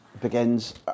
begins